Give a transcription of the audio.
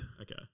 Okay